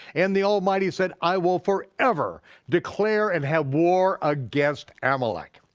and the almighty said i will forever declare and have war against amalek.